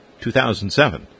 2007